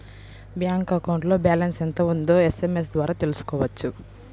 bank అకౌంట్లో balance ఎంత ఉందో ఎస్ఎంఎస్ ద్వారా తెలుసుకోవచ్చు